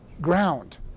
ground